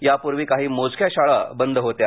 यापूर्वी काही मोजक्या शाळा बंद होत्या